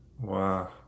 wow